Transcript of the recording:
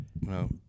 No